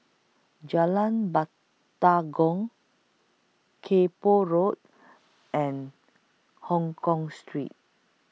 Jalan Batalong Kay Poh Road and Hongkong Street